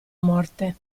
morte